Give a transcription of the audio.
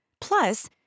Plus